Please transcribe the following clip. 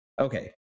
Okay